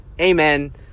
Amen